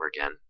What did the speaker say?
again